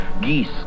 geese